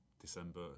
December